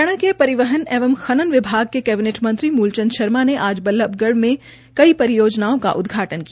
हरियाणा के परिवहन एवं खनन विभाग के कैबिनेट मंत्री मूलचंद शर्मा ने आज बल्लभगढ़ में कई परियोजनाओं का उदघाटन किया